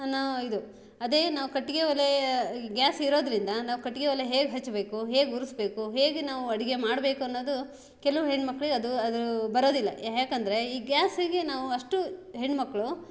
ಅನ್ನೊ ಇದು ಅದೇ ನಾವು ಕಟ್ಟಿಗೆ ಒಲೆ ಗ್ಯಾಸ್ ಇರೋದರಿಂದ ನಾವು ಕಟ್ಟಿಗೆ ಒಲೆ ಹೇಗೆ ಹಚ್ಚಬೇಕು ಹೇಗೆ ಉರಿಸ್ಬೇಕು ಹೇಗೆ ನಾವು ಅಡಿಗೆ ಮಾಡ್ಬೇಕು ಅನ್ನೋದು ಕೆಲವು ಹೆಣ್ಮಕ್ಳಿಗೆ ಅದು ಅದೂ ಬರೋದಿಲ್ಲ ಯಾಕ್ ಅಂದರೆ ಈ ಗ್ಯಾಸಿಗೆ ನಾವು ಅಷ್ಟು ಹೆಣ್ಣುಮಕ್ಳು